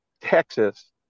Texas